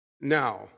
Now